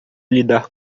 lidar